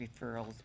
referrals